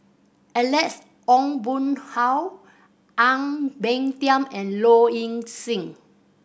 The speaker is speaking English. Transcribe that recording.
Alex Ong Boon Hau Ang Peng Tiam and Low Ing Sing